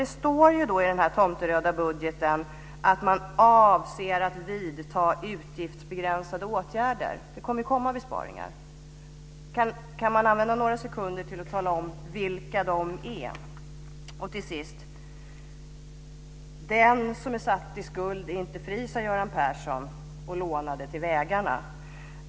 Det står i den tomteröda budgeten att man avser att vidta utgiftsbegränsande åtgärder. Det kommer ju besparingar. Kan finansministern använda några sekunder till att tala om vilka de är? Till sist: "Den som är satt i skuld är inte fri", sade Göran Persson och lånade till vägarna.